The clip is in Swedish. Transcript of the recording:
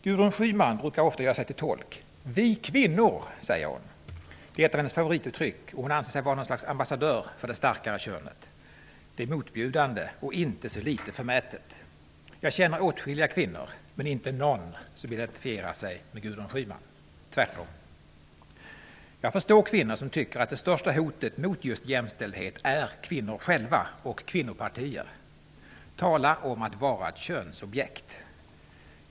Gudrun Schyman brukar ofta göra sig till tolk -- ''vi kvinnor'' är ett av hennes favorituttryck, och hon anser sig vara något slags ambassadör för det starkare könet. Det är motbjudande och inte så lite förmätet. Jag känner åtskilliga kvinnor, men inte någon som identifierar sig med Gudrun Schyman, tvärtom! Jag förstår kvinnor som tycker att det största hotet mot just jämställdhet är kvinnorna själva och kvinnopartier. Tala om att vara ett könsobjekt!